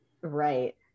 Right